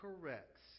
corrects